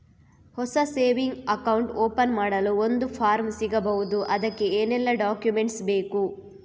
ಹೊಸ saving account open ಮಾಡಲು ಒಂದು ಫಾರ್ಮ್ ಸಿಗಬಹುದು? ಅದಕ್ಕೆ ಏನೆಲ್ಲಾ ಡಾಕ್ಯುಮೆಂಟ್ಸ್ ಬೇಕು?